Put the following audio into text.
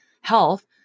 health